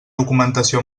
documentació